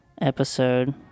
episode